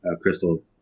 Crystal